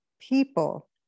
people